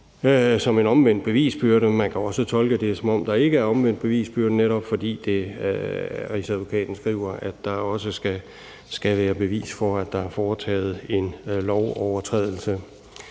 som en omvendt bevisbyrde. Man kan også tolke det, som om der ikke omvendt bevisbyrde, netop fordi Rigsadvokaten skriver, at der også skal være bevis for, at der er foretaget en lovovertrædelse.